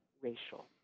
racial